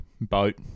boat